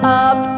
up